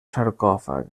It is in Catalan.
sarcòfag